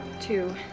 two